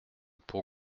pour